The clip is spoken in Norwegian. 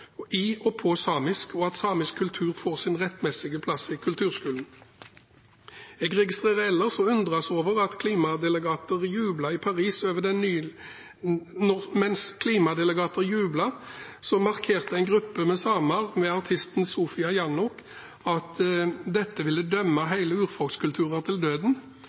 i og på samisk, og at samisk kultur får sin rettmessige plass i kulturskolen. Jeg registrerer ellers, og undres over, at mens klimadelegater jublet i Paris over den nylig inngåtte klimaavtalen, hadde en gruppe samer sammen med artisten Sofia Jannok en markering og mente at dette «dømmer hele urfolkskulturer til døden».